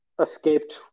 escaped